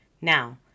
Now